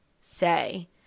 say